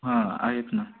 हां आहेत ना